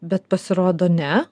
bet pasirodo ne